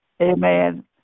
Amen